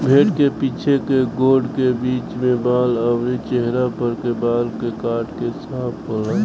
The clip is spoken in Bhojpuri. भेड़ के पीछे के गोड़ के बीच में बाल अउरी चेहरा पर के बाल के काट काट के साफ होला